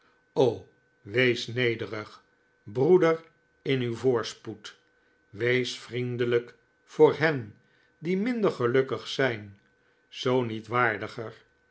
o wees nederig broeder in uw voorspoed wees vriendelijk voor hen die minder gelukkig zijn zoo niet waardiger